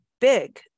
big